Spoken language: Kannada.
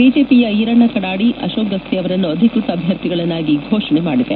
ಬಿಜೆಪಿ ಈರಣ್ಣ ಕಡಾಡಿ ಅಶೋಕ್ ಗಸ್ತಿ ಅವರನ್ನು ಅಧಿಕೃತ ಅಭ್ವರ್ಥಿಗಳನ್ನಾಗಿ ಘೋಷಣೆ ಮಾಡಿದೆ